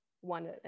one